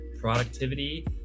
productivity